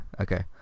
okay